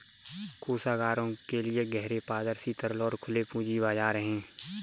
कोषागारों के लिए गहरे, पारदर्शी, तरल और खुले पूंजी बाजार हैं